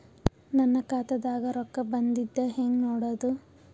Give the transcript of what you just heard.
ನನ್ನ ಖಾತಾದಾಗ ರೊಕ್ಕ ಬಂದಿದ್ದ ಹೆಂಗ್ ನೋಡದು?